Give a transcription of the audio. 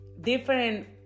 different